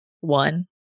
one